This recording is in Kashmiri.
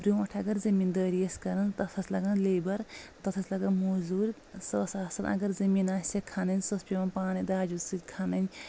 برٛونٛٹھ اگر زٔمیٖندٲری ٲسۍ کران تتھ ٲسۍ لگان لیبر تتھ ٲسۍ لگان موٚضوٗر سہٕ ٲسۍ آسان اگر زٔمیٖن آسیہِ ہا کھنٕنۍ سۄ ٲسۍ پیٚوان پانے داجو سۭتۍ کھنٕنۍ